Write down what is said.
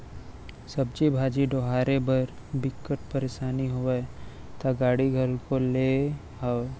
सब्जी भाजी डोहारे बर बिकट परसानी होवय त गाड़ी घलोक लेए हव